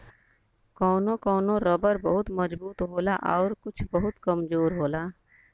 कौनो कौनो रबर बहुत मजबूत होला आउर कुछ बहुत कमजोर होला